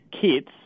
kits